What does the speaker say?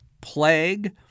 plague